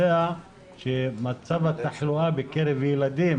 שמצב התחלואה בקרב ילדים